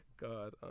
god